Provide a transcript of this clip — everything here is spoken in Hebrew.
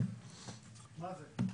מה זה?